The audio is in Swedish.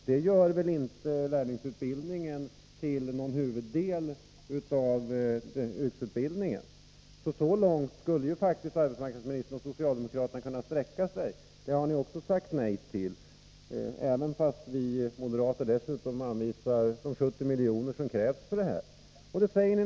Det gör väl inte lärlingsutbildningen till någon huvuddel av yrkesutbildningen. Så långt borde faktiskt arbetsmarknadsministern och socialdemokraterna kunna sträcka sig. Men det förslaget har ni också sagt nej till, trots att vi moderater dessutom anvisar de 70 miljoner som krävs.